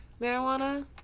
marijuana